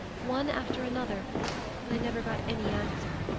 one after another but i never got any answer.